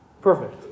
perfect